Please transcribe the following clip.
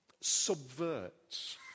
subverts